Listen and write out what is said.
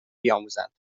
بیاموزند